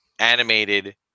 animated